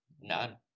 None